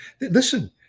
Listen